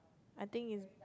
I think it's